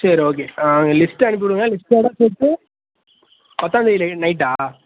சரி okay list அனுப்பிவுடுங்க லிஸ்ட்டோட சேர்த்து பத்தாந்தேதி நை நைட்டா